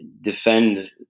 defend